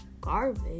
garbage